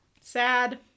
Sad